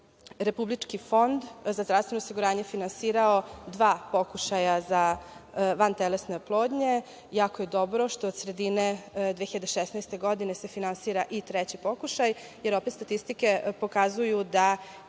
Republički fond za zdravstvenog osiguranje finansirao dva pokušaja za vantelesnu oplodnju. Jako je dobro što od sredine 2016. godine se finansira i treći pokušaj jer opet statistike pokazuju da